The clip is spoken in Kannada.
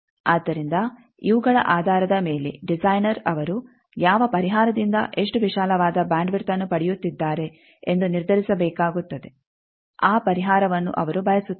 ಆದ್ದರಿಂದ ಇವುಗಳ ಆಧಾರದ ಮೇಲೆ ಡಿಸೈನರ್ ಅವರು ಯಾವ ಪರಿಹಾರದಿಂದ ಎಷ್ಟು ವಿಶಾಲವಾದ ಬ್ಯಾಂಡ್ ವಿಡ್ತ್ಅನ್ನು ಪಡೆಯುತ್ತಿದ್ದಾರೆ ಎಂದು ನಿರ್ಧರಿಸಬೇಕಾಗುತ್ತದೆ ಆ ಪರಿಹಾರವನ್ನು ಅವರು ಬಯಸುತ್ತಾರೆ